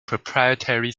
proprietary